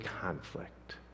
conflict